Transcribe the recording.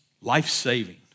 life-saving